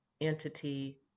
entity